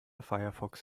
firefox